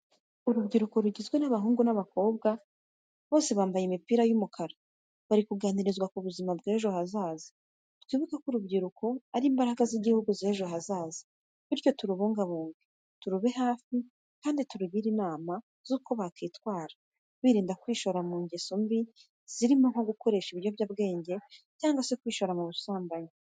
Urubyiruko rugizwe n'abahungu ndetse n'abakobwa bose bambaye imipira y'umukara, bari kuganirizwa ku buzima bw'ejo hazaza. Twibuke ko urubyiruko ari imbaraga z'igihugu z'ejo hazaza bityo turubungabunge, turube hafi kandi tubagire inama z'uko bakwitwara, birinda kwishora mu ngeso mbi zirimo nko gukoresha ibiyobyabwenge cyangwa kwishora mu busambanyi.